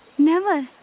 never.